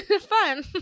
Fun